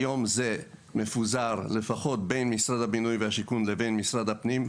היום זה מפוזר לפחות בין משרד הבינוי והשיכון לבין משרד הפנים.